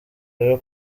rero